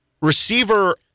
Receiver